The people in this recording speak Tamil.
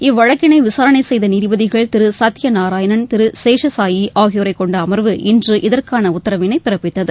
இவ்வழக்கிளை விசாரணை செய்த நீதிபதிகள் திரு சத்தியநாராயணன் திரு சேஷ்சாயி ஆகியோரை கொண்ட அமர்வு இன்று இதற்கான உத்தரவினை பிறப்பித்தது